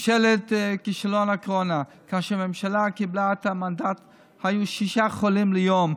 ממשלת כישלון הקורונה כאשר הממשלה קיבלה את המנדט היו שישה חולים ליום,